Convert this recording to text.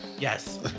Yes